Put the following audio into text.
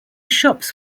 shops